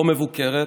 לא מבוקרת